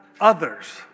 others